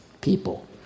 people